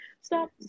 Stop